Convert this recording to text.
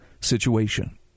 situation